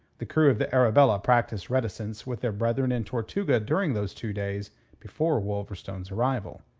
the crew of the arabella practised reticence with their brethren in tortuga during those two days before wolverstone's arrival.